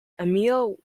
emil